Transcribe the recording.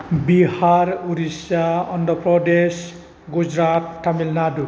Bihar Odisha Andhra Pradesh Gujarat Tamil Nadu